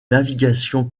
navigation